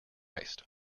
christ